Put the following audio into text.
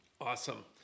Awesome